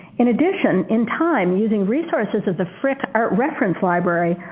in addition, in time, using resources of the frick art reference library,